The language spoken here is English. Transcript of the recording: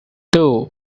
two